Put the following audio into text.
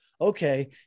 okay